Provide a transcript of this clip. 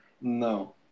No